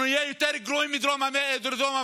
אנחנו נהיה יותר גרועים מדרום אפריקה,